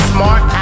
Smart